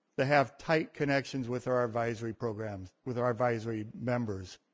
to have tight connections with our advisory programs, with our advisory members.